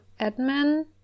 admin